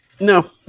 No